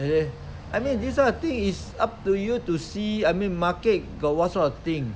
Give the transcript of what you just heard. the answer is up to you to see I mean market got what sort of thing